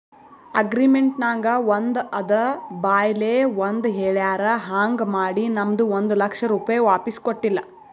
agreement ನಾಗ್ ಒಂದ್ ಅದ ಬಾಯ್ಲೆ ಒಂದ್ ಹೆಳ್ಯಾರ್ ಹಾಂಗ್ ಮಾಡಿ ನಮ್ದು ಒಂದ್ ಲಕ್ಷ ರೂಪೆ ವಾಪಿಸ್ ಕೊಟ್ಟಿಲ್ಲ